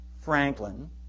Franklin